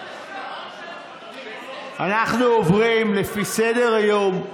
אנחנו עוברים, לפי סדר-היום,